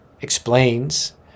explains